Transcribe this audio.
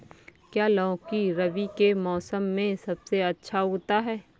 क्या लौकी रबी के मौसम में सबसे अच्छा उगता है?